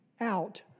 out